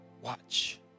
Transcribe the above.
Watch